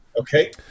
Okay